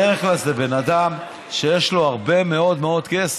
בדרך כלל זה בן אדם שיש לו הרבה מאוד מאוד כסף,